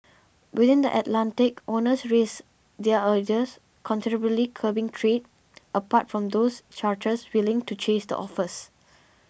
within the Atlantic owners raised their ideas considerably curbing trading apart from those charterers willing to chase the offers